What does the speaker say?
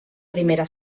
primera